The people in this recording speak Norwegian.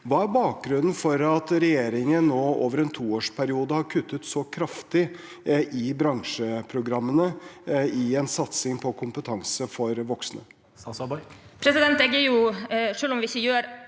Hva er bakgrunnen for at regjeringen nå over en toårsperiode har kuttet så kraftig i bransjeprogrammene, i en satsing på kompetanse for voksne?